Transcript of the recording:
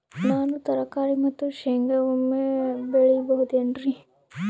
ನಾನು ತರಕಾರಿ ಮತ್ತು ಶೇಂಗಾ ಒಮ್ಮೆ ಬೆಳಿ ಬಹುದೆನರಿ?